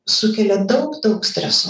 sukelia daug daug streso